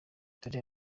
dore